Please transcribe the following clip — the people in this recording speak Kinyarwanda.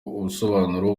ubusobanuro